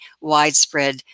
widespread